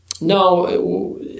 no